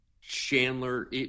Chandler –